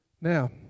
Now